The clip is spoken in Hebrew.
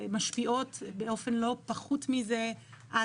משפיעות באופן לא פחות מזה על